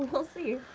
we'll see.